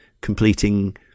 completing